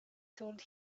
told